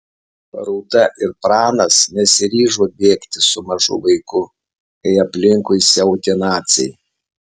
rūta ir pranas nesiryžo bėgti su mažu vaiku kai aplinkui siautė naciai